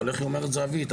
אבל איך אומרת זהבית?